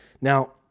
Now